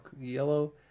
yellow